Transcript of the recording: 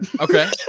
Okay